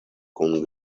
kun